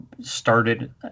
started